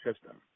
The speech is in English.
system